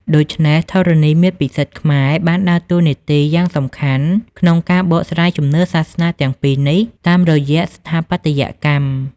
ដូច្នេះ ធរណីមាត្រពិសិដ្ឋខ្មែរបានដើរតួនាទីយ៉ាងសំខាន់ក្នុងការបកស្រាយជំនឿសាសនាទាំងពីរនេះតាមរយៈស្ថាបត្យកម្ម។